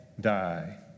die